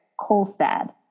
Kolstad